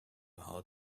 how